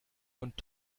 und